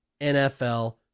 NFL